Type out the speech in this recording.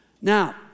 Now